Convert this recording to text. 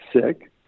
sick